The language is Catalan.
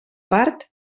part